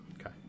Okay